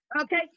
Okay